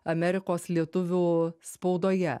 amerikos lietuvių spaudoje